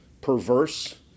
perverse